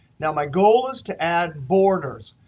now, my goal is to add borders.